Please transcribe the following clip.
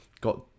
got